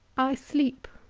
i sleep,